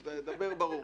אז דבר ברור.